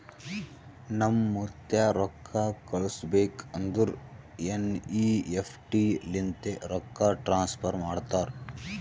ನಮ್ ಮುತ್ತ್ಯಾ ರೊಕ್ಕಾ ಕಳುಸ್ಬೇಕ್ ಅಂದುರ್ ಎನ್.ಈ.ಎಫ್.ಟಿ ಲಿಂತೆ ರೊಕ್ಕಾ ಟ್ರಾನ್ಸಫರ್ ಮಾಡ್ತಾರ್